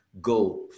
Go